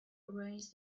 ruins